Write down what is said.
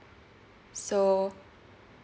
so